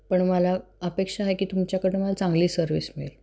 पण मला अपेक्षा आहे की तुमच्याकडं मला चांगली सर्विस मिळेल